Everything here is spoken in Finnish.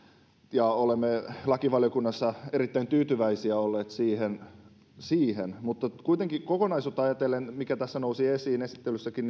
ja olemme lakivaliokunnassa erittäin tyytyväisiä olleet siihen siihen mutta kuitenkin kokonaisuutta ajatellen mikä tässä esittelyssäkin